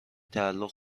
تعلق